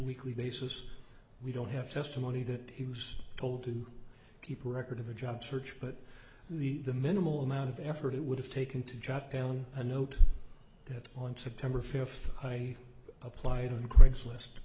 weekly basis we don't have testimony that he was told to keep a record of a job search but the the minimal amount of effort it would have taken to jot down a note that on september fifth i applied on craigslist